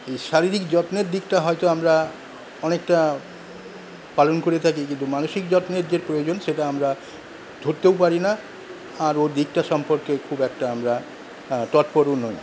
এই শারীরিক যত্নের দিকটা হয়তো আমরা অনেকটা পালন করে থাকি কিন্তু মানসিক যত্নের যে প্রয়োজন সেটা আমরা ধরতেও পারি না আর ওদিকটা সম্পর্কে খুব একটা আমরা তৎপরও নই